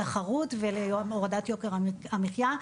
התחרות ולהורדת יוקר המחיה,